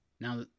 Now